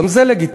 וגם זה לגיטימי.